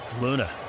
Luna